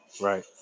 Right